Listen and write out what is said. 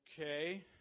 Okay